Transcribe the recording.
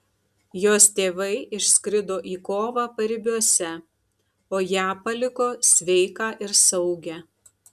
jos tėvai išskrido į kovą paribiuose o ją paliko sveiką ir saugią